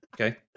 Okay